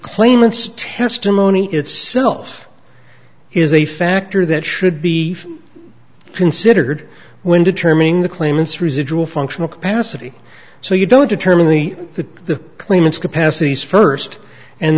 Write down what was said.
claimants testimony itself is a factor that should be considered when determining the claimants residual functional capacity so you don't determine the the claimants capacities first and